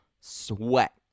sweat